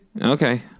Okay